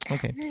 Okay